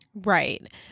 Right